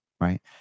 right